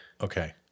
Okay